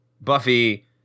Buffy